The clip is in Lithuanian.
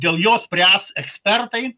dėl jo spręs ekspertai